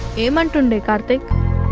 um um to and me karthik.